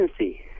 agency